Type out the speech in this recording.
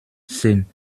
zehn